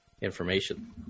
information